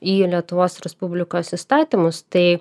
į lietuvos respublikos įstatymus tai